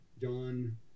John